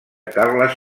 carles